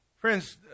Friends